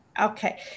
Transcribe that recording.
Okay